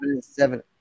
Seven